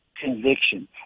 conviction